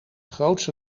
grootste